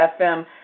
FM